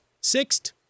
sixth